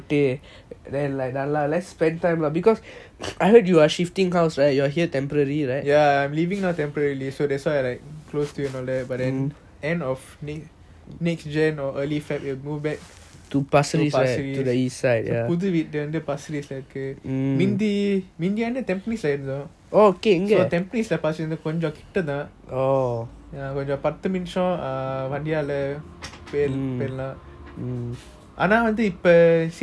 ya I'm leaving now temporarily so that's why right close to you all that but then end of the next jan or early february will go back to pasir ris புது வீடு வந்து:puthu veedu vanthu pasir ris முந்தி முந்தி வந்து:munthi munthi vanthu tampines இருந்தோம்:irunthom so tampines கொஞ்சம் கிட்ட தான் கொஞ்சம் பாத்து நிமிசத்துல வண்டி ஆழ போய்டலாம் அனா வாந்தி இப்போ நான் பாத்தான் அந்த புது வீட்டுல ஒரு:konjam kitta thaan konjam pathu nimisathula vandi aala poidalam ana vanthi ipo naan paathan antha puthu veetula oru